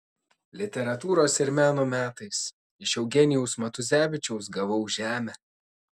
literatūros ir meno metais iš eugenijaus matuzevičiaus gavau žemę